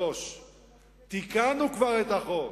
3. כבר תיקנו את החוק,